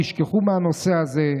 תשכחו מהנושא הזה.